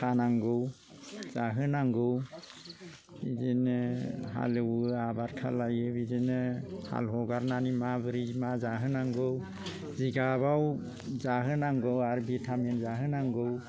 खानांगौ जाहोनांगौ बिदिनो हालेवो आबाद खालायो बिदिनो हाल हगारनानै माबोरै मा जाहोनांगौ जिगाबआव जाहोनांगौ आरो बिटामिन जाहोनांगौ